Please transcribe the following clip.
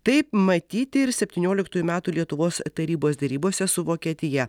taip matyti ir septynioliktųjų metų lietuvos tarybos derybose su vokietija